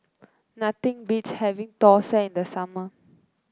nothing beats having thosai in the summer